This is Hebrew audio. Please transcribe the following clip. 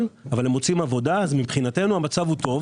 אבל הם מוצאים עבודה אז מבחינתנו המצב הוא טוב.